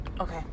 Okay